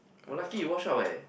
!wah! lucky you wash up eh